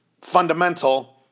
fundamental